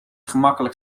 gemakkelijk